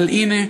אבל הנה,